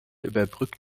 überbrückte